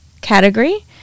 category